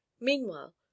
Meanwhile